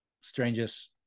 Strangest